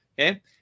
Okay